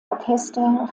orchester